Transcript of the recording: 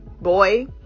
boy